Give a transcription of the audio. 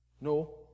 no